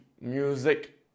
Music